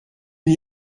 n’y